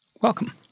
Welcome